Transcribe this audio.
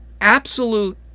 absolute